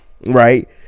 right